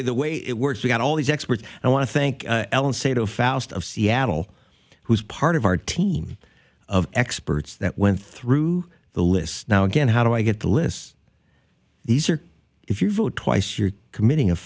way the way it works we got all these experts i want to thank ellen saito faust of seattle who is part of our team of experts that went through the list now again how do i get the list these are if you vote twice you're committing